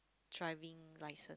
driving license